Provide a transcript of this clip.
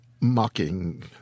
mocking